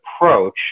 approach